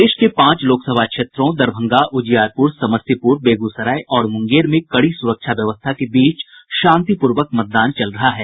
प्रदेश के पांच लोकसभा क्षेत्रों दरभंगा उजियारपुर समस्तीपुर बेगूसराय और मुंगेर में कड़ी सुरक्षा व्यवस्था के बीच शांतिपूर्वक मतदान चल रहा है